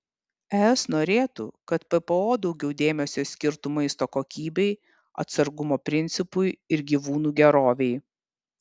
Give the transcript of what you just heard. es norėtų kad ppo daugiau dėmesio skirtų maisto kokybei atsargumo principui ir gyvūnų gerovei